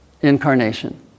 incarnation